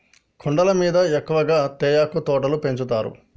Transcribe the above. కొండల మీద ఎక్కువ తేయాకు తోటలు పెంచుతారు